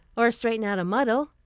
or straighten out a muddle.